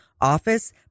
office